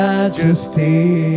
Majesty